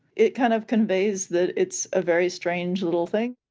it kind of conveys that it's a very strange little thing